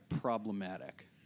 problematic